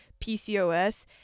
PCOS